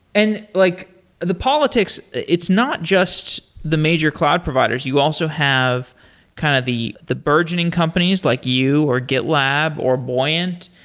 and like the politics, it's not just the major cloud providers. you also have kind of the the burgeoning companies, like you, or gitlab, or buoyant.